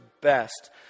best